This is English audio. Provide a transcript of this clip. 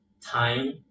time